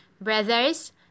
Brothers